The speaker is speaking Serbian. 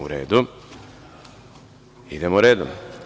U redu, idemo redom.